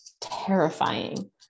terrifying